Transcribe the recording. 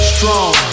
Strong